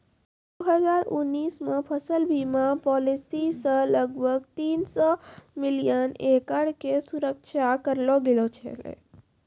दू हजार उन्नीस मे फसल बीमा पॉलिसी से लगभग तीन सौ मिलियन एकड़ के सुरक्षा करलो गेलौ छलै